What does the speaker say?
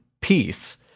peace